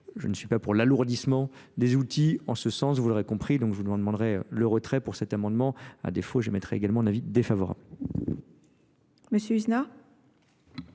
je ne suis pas pour l'alourdissement des outils en ce sens. vous l'aurez compris, donc je vous demanderai le retrait pour cet amendement à défaut, J'émettrai également un avis défavorable